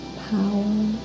power